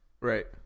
Right